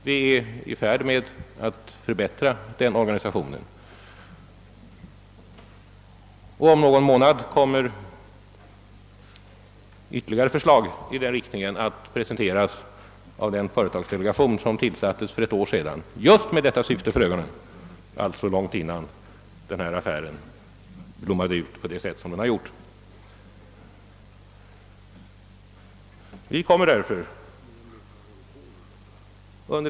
Vi är i färd med att förbättra den organisationen. Om någon månad kommer ytterligare förslag i den riktningen att presenteras av den företagsdelegation som vi tillsatte för ett år sedan — alltså långt innan denna affär blommade ut på det sätt som den gjort — just med det syftet för ögonen.